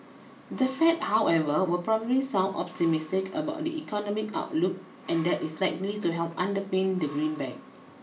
the Fed however will probably sound optimistic about the economic outlook and that is likely to help underpin the greenback